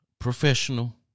professional